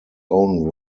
own